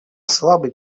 слабый